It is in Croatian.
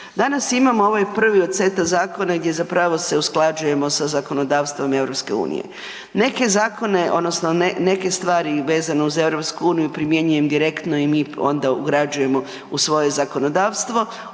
Danas imamo ovaj prvi od seta zakona gdje je zapravo se usklađujemo sa zakonodavstvom EU. Neke zakone odnosno neke stvari vezano uz EU primjenjujem direktno i mi onda ugrađujemo u svoje zakonodavstvo,